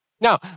Now